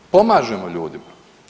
Pomažemo ljudima.